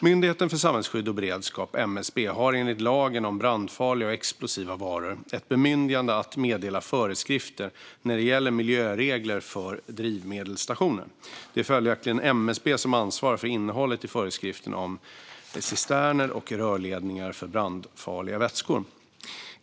Myndigheten för samhällsskydd och beredskap, MSB, har enligt lagen om brandfarliga och explosiva varor ett bemyndigande att meddela föreskrifter när det gäller miljöregler för drivmedelsstationer. Det är följaktligen MSB som ansvarar för innehållet i föreskriften om cisterner och rörledningar för brandfarliga vätskor.